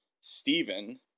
Stephen